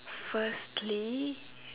firstly